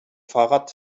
fahrrad